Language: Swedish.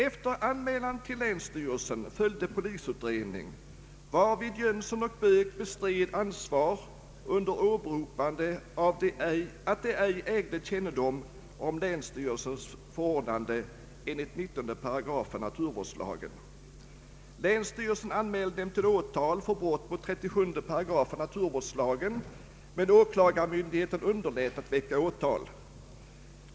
Efter anmälan till länsstyrelsen följde polisutredning, varvid Jönsson och Böök bestred ansvar under åberopande att de ej ägde kännedom om länsstyrelsens förordnande enligt 19 8 naturvårdslagen. Länsstyrelsen anmälde dem till åtal för brott mot 37 8 naturvårdslagen, men åklagarmyndigheten underlät att väcka åtal.